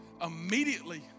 immediately